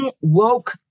woke